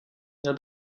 měl